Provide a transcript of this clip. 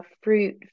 fruit